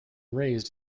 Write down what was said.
raised